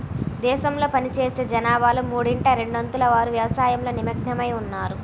దేశంలో పనిచేసే జనాభాలో మూడింట రెండొంతుల వారు వ్యవసాయంలో నిమగ్నమై ఉన్నారు